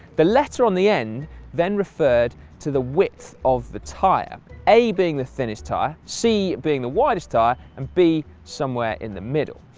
the letter on the end then referred to the width of the tyre, a being the thinnest tyre, c being the widest tyre, and b somewhere in the middle.